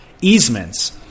easements